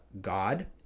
God